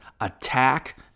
attack